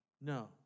no